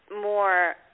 more